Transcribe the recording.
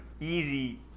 easy